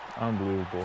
Unbelievable